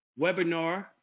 webinar